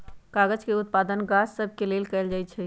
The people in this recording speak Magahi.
कागज के उत्पादन गाछ सभ से कएल जाइ छइ